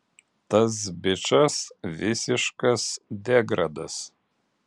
tas bičas visiškas degradas